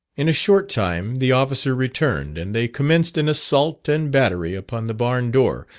in a short time the officer returned, and they commenced an assault and battery upon the barn door,